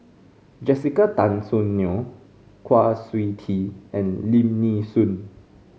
Jessica Tan Soon Neo Kwa Siew Tee and Lim Nee Soon